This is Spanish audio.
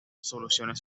soluciones